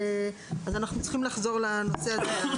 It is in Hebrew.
אז אנחנו צריכים לחזור לנושא הזה.